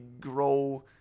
grow